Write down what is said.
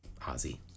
Ozzy